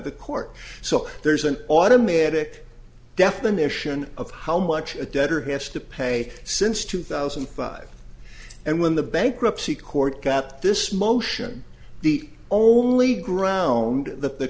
the court so there's an automatic definition of how much a debtor has to pay since two thousand and five and when the bankruptcy court got this motion the only ground the